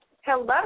Hello